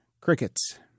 crickets